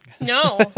No